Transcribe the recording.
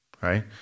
right